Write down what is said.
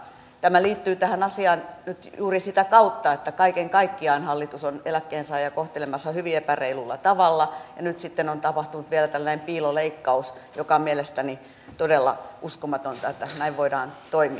tämä liittyy tähän asiaan nyt juuri sitä kautta että kaiken kaikkiaan hallitus on eläkkeensaajia kohtelemassa hyvin epäreilulla tavalla ja nyt sitten on tapahtunut vielä tällainen piiloleikkaus ja on mielestäni todella uskomatonta että näin voidaan toimia